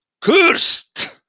cursed